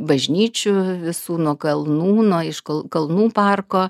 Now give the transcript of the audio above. bažnyčių visų nuo kalnų nuo aišku kalnų parko